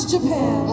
Japan